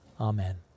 Amen